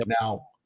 Now